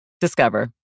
Discover